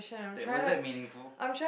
that wasn't meaningful